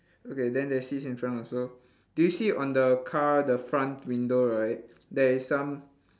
okay then there's seats in front also do you see on the car the front window right there is some